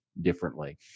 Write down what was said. differently